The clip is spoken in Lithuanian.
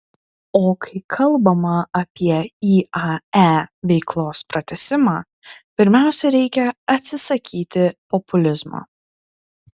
o kai kalbama apie iae veiklos pratęsimą pirmiausia reikia atsisakyti populizmo